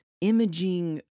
imaging